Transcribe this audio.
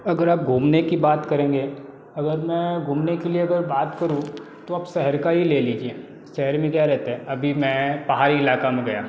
अगर आप घूमने की बात करेंगे अगर मैं घूमने के लिए अगर बात करूँ तो आप शहर का ही ले लीजिए शहर में क्या रहता है अभी मैं पहाड़ी इलाक़े में गया